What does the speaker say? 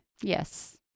Yes